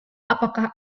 apakah